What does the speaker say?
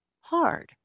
hard